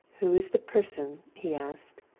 who is the person he asked.